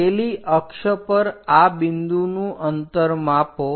પેલી અક્ષ પર આ બિંદુનું અંતર માપો